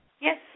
Yes